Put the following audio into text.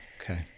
okay